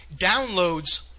downloads